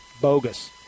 bogus